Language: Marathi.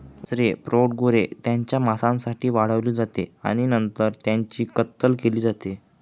वासरे प्रौढ गुरे त्यांच्या मांसासाठी वाढवली जाते आणि नंतर त्यांची कत्तल केली जाते